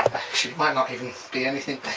actually it might not even be anything.